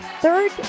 third